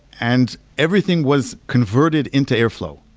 and everything was converted into airflow.